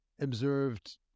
observed